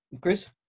Chris